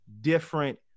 different